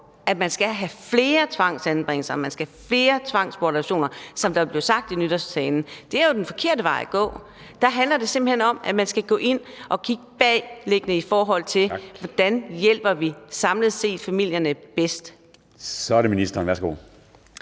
at man skal have flere tvangsanbringelser, flere tvangsbortadoptioner, som der blev sagt i nytårstalen, er jo den forkerte vej at gå. Det handler simpelt hen om, at man skal gå ind og kigge på det bagvedliggende, i forhold til hvordan man samlet set hjælper familierne bedst. Kl. 13:25 Formanden (Henrik